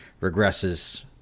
regresses